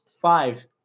Five